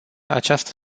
această